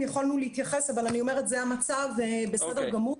יכולנו להתייחס אבל זה המצב ובסדר גמור.